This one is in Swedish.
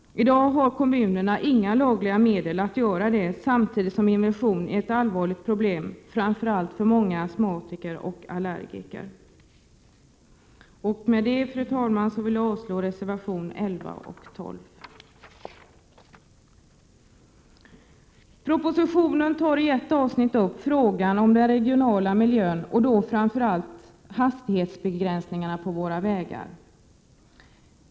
I dag har kommunerna inga lagliga medel att göra det, trots att inversionen är ett allvarligt problem för framför allt många astmatiker och allergiker. Med detta yrkar jag avslag på 159 reservationerna 11 och 12. I propositionen behandlas i ett avsnitt frågan om den regionala miljön och framför allt hastighetsbegränsningarna på våra vägar.